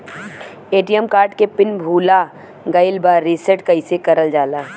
ATM card के pin भूला गइल बा रीसेट कईसे करल जाला?